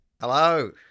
Hello